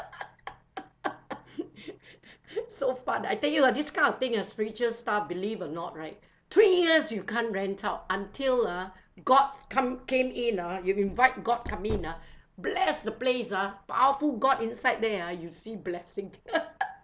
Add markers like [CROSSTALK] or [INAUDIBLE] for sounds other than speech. [LAUGHS] so fun ah I tell you ah this kind of thing ah spiritual stuff believe or not right three years you can't rent out until ah god come came in ah you invite god come in ah bless the place ah powerful god inside there ah you see blessing [LAUGHS]